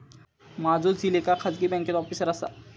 माझो झिल एका खाजगी बँकेत ऑफिसर असा